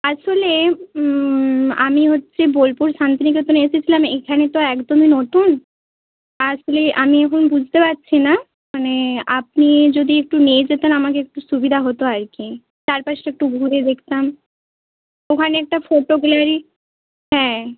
আসলে আমি হচ্ছে বোলপুর শান্তিনিকেতনে এসেছিলাম এইখানে তো একদমই নতুন আসলে আমি এখন বুঝতে পারছি না মানে আপনি যদি একটু নিয়ে যেতেন আমাকে একটু সুবিধা হত আর কি চারপাশটা একটু ঘুরে দেখতাম ওখানে একটা ফটো গ্যালারি হ্যাঁ